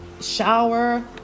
shower